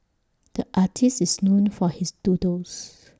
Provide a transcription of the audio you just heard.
the artist is known for his doodles